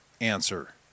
answer